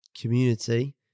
community